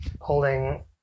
holding